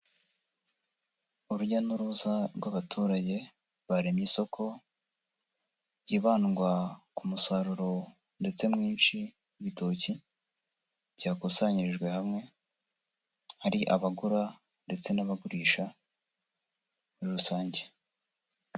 Urujya n'uruza rw'abaturage baremye isoko yibandwa ku musaruro ndetse mwinshi, ibitoki byakusanyirijwe hamwe, hari abagura ndetse n'abagurisha muri rusange.